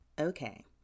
Okay